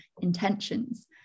intentions